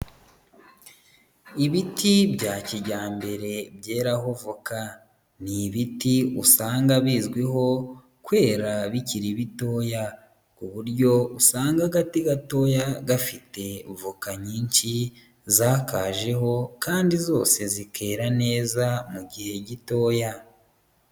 Ibiti bya kijyambere byeraho voka, ni ibiti usanga bizwiho kwera bikiri bitoya, ku buryo usanga agati gatoya gafite voka nyinshi zakajeho kandi zose zikera neza mu gihe gitoya.